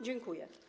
Dziękuję.